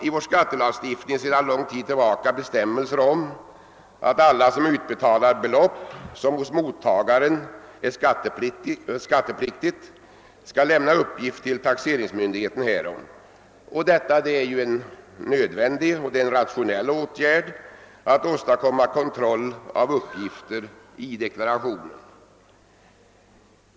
I vår skattelagstiftning finns sedan lång tid tillbaka skattebestämmelser om att alla som utbetalar belopp som hos mottagaren är skattepliktigt skall lämna uppgift till taxeringsmyndigheten härom. Detta är ju en nödvändig och rationell åtgärd för att åstadkomma kontroll på deklarationsuppgifterna.